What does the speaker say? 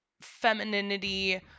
femininity –